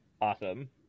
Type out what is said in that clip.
awesome